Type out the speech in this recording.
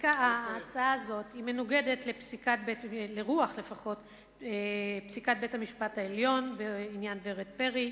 ההצעה הזאת היא מנוגדת לרוח פסיקת בית-המשפט העליון בעניין ורד פרי.